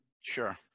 Sure